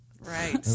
Right